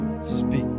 Speak